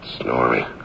snoring